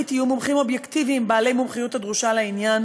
או המומחית יהיו מומחים אובייקטיביים בעלי מומחיות הדרושה לעניין